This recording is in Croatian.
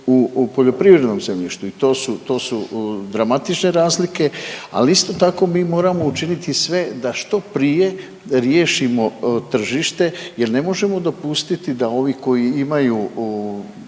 u poljoprivrednom zemljištu. To su dramatične razlike, ali isto tako mi moramo učiniti sve da što prije riješimo tržište jer ne možemo dopustiti da ovi koji imaju